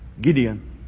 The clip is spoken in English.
Gideon